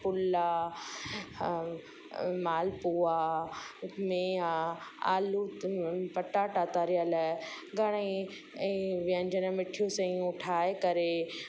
फुल्ला ऐं माल पुआ मेया आलू पटाटा तरियल घणेई ऐं व्यंजन मिठी सयूं ठाहे करे